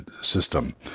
system